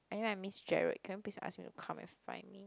anyway I miss Jerad can you please ask him to come and find me